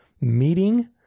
meeting